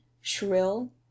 shrill